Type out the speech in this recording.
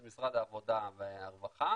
אז משרד העבודה והרווחה,